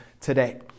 today